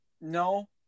No